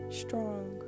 strong